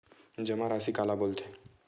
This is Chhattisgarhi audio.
जमा राशि काला बोलथे?